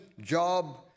job